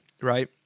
right